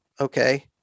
Okay